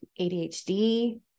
ADHD